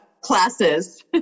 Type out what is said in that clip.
classes